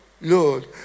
Lord